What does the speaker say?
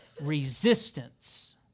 resistance